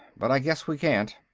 but i guess we can't.